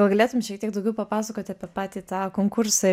gal galėtum šiek tiek daugiau papasakoti apie patį tą konkursą